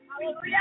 Hallelujah